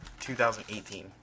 2018